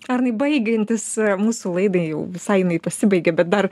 arnai baigiantis mūsų laidai jau visai jinai pasibaigė bet dar